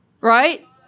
Right